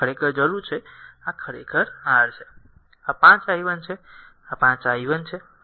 તેથી આ ખરેખર જરૂર છે આ ખરેખર r છે આ 5 i 1 આ 5 i 1 છે